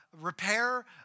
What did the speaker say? repair